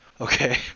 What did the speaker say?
Okay